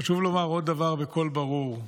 חשוב לומר עוד דבר בקול ברור: